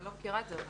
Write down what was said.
אני לא מכירה את זה.